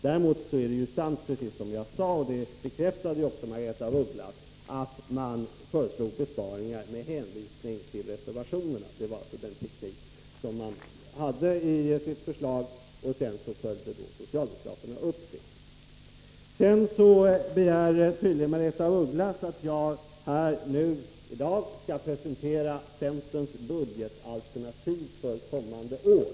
Däremot är det sant som jag sade, och det bekräftade också Margaretha af Ugglas, att man med hänvisning till reservationerna föreslog besparingar. Det var alltså den teknik som man använde i sitt förslag, och sedan följde socialdemokraterna upp den. Nr 47 Sedan begär tydligen Margaretha af Ugglas att jag här och nu skall Onsdagen den presentera centerns budgetalternativ för kommande år.